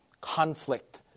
conflict